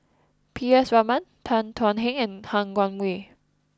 P S Raman Tan Thuan Heng and Han Guangwei